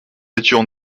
étions